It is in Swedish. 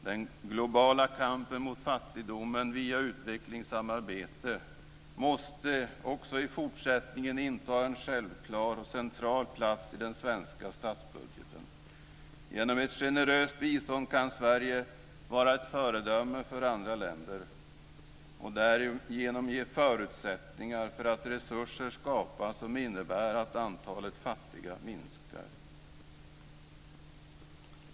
Den globala kampen mot fattigdomen via utvecklingssamarbete måste också i fortsättningen inta en självklar och central plats i den svenska statsbudgeten. Genom ett generöst bistånd kan Sverige vara ett föredöme för andra länder och därigenom ge förutsättningar för att resurser skapas som innebär att antalet fattiga minskar.